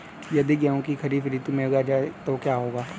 यदि गेहूँ को खरीफ ऋतु में उगाया जाए तो क्या होगा?